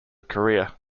korea